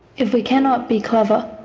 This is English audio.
if we cannot be clever,